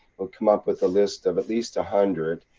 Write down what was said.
we'll come up with a list of at least a hundred,